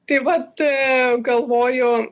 tai vat galvoju